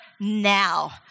now